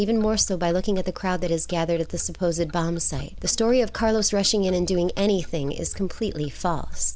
even more so by looking at the crowd that has gathered at the suppose a bomb site the story of carlos rushing in and doing anything is completely false